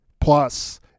plus